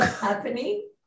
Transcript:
happening